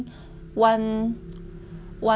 one eh I think one set got